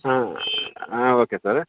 ಹಾಂ ಹಾಂ okay sir